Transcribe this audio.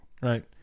right